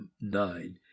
nine